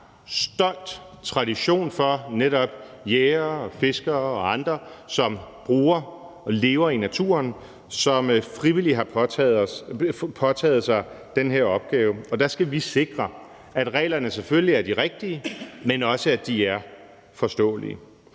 stolt tradition for netop jægere og fiskere og andre, som bruger og lever i naturen, som frivilligt har påtaget sig den her opgave. Der skal vi sikre, at reglerne selvfølgelig er de rigtige, men også at de er forståelige.